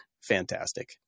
fantastic